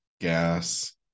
gas